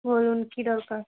বলুন কী দরকার